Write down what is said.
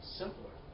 simpler